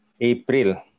april